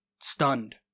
stunned